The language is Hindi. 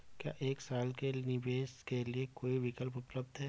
क्या एक साल के निवेश के लिए कोई विकल्प उपलब्ध है?